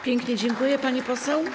Pięknie dziękuję, pani poseł.